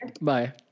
Bye